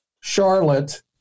Charlotte